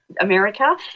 America